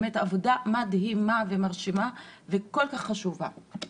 באמת עבודה מדהימה ומרשימה וכל כך חשובה.